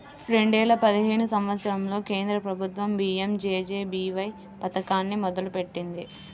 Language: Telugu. రెండేల పదిహేను సంవత్సరంలో కేంద్ర ప్రభుత్వం పీ.యం.జే.జే.బీ.వై పథకాన్ని మొదలుపెట్టింది